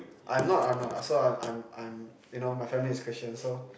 I'm not I'm not ah so I'm I'm I'm you know my family is christian so